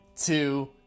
two